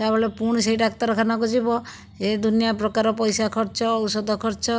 ଯାହାଫଳରେ ପୁଣି ସେହି ଡାକ୍ତରଖାନାକୁ ଯିବ ଏ ଦୁନିଆ ପ୍ରକାର ପଇସା ଖର୍ଚ୍ଚ ଔଷଧ ଖର୍ଚ୍ଚ